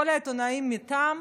כל העיתונאים מטעם,